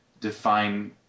define